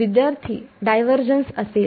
विद्यार्थी डायव्हरजन्स असेल